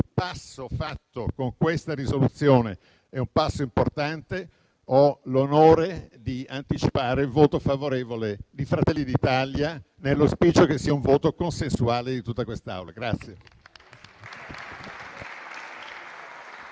quanto fatto con questa risoluzione è un passo importante, ho l'onore di dichiarare il voto favorevole di Fratelli d'Italia, nell'auspicio che sia un voto unanime di tutta l'Assemblea.